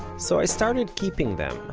so i started keeping them,